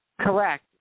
Correct